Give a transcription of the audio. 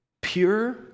pure